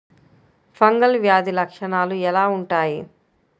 Fungal వ్యాధి లక్షనాలు ఎలా వుంటాయి?